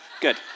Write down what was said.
Good